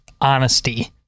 honesty